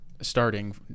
starting